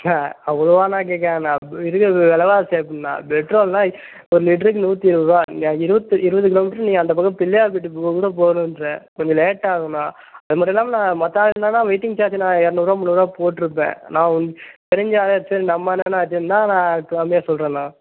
ண்ணா அவ்ளோவாக நான் கேட்கறண்ணா இப்போ இருக்கிற விலவாசி அப்படின்னா பெட்ரோல் எல்லாம் ஒரு லிட்ருக்கு நூற்றி இருபதுரூவா நீங்கள் இருபத்து இருபது கிலோமீட்ரு நீ அந்த பக்கம் பிள்ளையார்பட்டி போகற தூரம் போகணுன்ற கொஞ்சம் லேட்டாவுண்ணா அது மட்டும் இல்லாமல் நான் மற்ற ஆளுங்கன்னா நான் வெயிட்டிங் சார்ஜு நான் இரநூர்றுவா முந்நூர்றுவா போட்டுருப்பேன் நான் வந் தெரிஞ்ச ஆள் சரி நம்ம அண்ணனாச்சேன்னு தான் நான் கம்மியாக சொல்லுறண்ணா